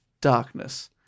darkness